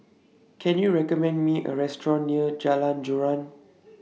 Can YOU recommend Me A Restaurant near Jalan Joran